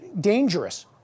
dangerous